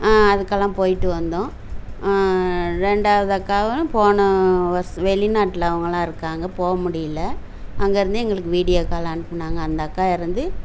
அதுக்கெல்லாம் போயிட்டு வந்தோம் ரெண்டாவது அக்காவும் போன வர்ஸ் வெளிநாட்டில் அவங்கலாம் இருக்காங்க போக முடியல அங்கே இருந்து எங்களுக்கு வீடியோ கால் அனுப்பினாங்க அந்த அக்கா இறந்து